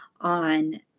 on